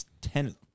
ten